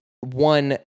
one